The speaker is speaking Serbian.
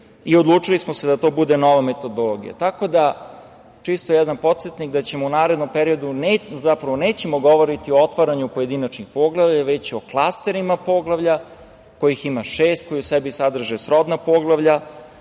i odlučili smo se da to bude nova metodologija. Tako da, čisto jedan podsetnik da ćemo u narednom periodu, zapravo nećemo govoriti o otvaranju pojedinačnih poglavlja, već o klasterima poglavlja kojih ima šest, koji u sebi sadrže srodna poglavlja,